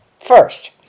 First